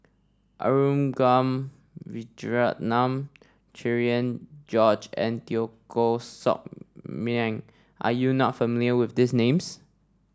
Arumugam Vijiaratnam Cherian George and Teo Koh Sock Miang are you not familiar with these names